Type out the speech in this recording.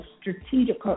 strategic